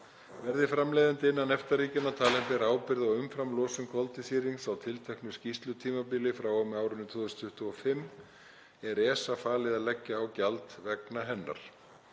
Verði framleiðandi innan EFTA-ríkjanna talinn bera ábyrgð á umframlosun koltvísýrings á tilteknu skýrslutímabili frá og með árinu 2025 er ESA falið að leggja á gjald vegna hennar.